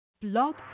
Blog